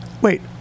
Wait